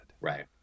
Right